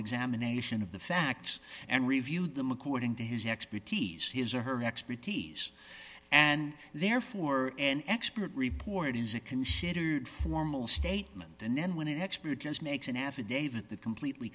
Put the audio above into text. examination of the facts and reviewed them according to his expertise his or her expertise and therefore an expert report is a considered formal statement and then when an expert just makes an affidavit that completely